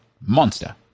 Monster